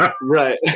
Right